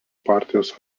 partijos